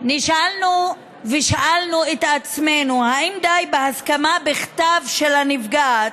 נשאלנו ושאלנו את עצמנו אם די בהסכמה בכתב של הנפגעת,